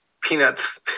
Peanuts